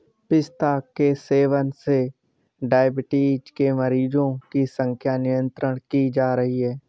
पिस्ता के सेवन से डाइबिटीज के मरीजों की संख्या नियंत्रित की जा रही है